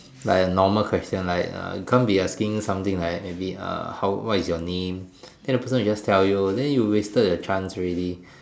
like a normal question like err can't be asking you something like maybe like err how what is your name then the person will just tell you then you wasted your chance already